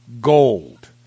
Gold